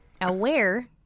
aware